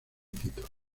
título